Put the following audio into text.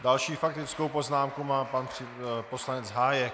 Další faktickou poznámku má pan poslanec Hájek.